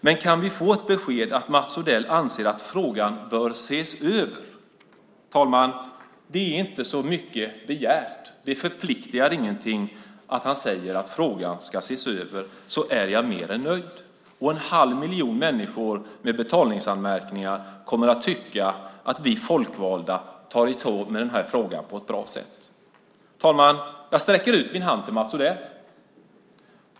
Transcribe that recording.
Men kan vi få ett besked om att Mats Odell anser att frågan bör ses över? Det är inte så mycket begärt. Det förpliktar inte till någonting. Om han säger att frågan ska ses över är jag mer än nöjd, och en halv miljon människor med betalningsanmärkningar kommer att tycka att vi folkvalda tar itu med denna fråga på ett bra sätt. Fru talman! Jag sträcker ut min hand till Mats Odell.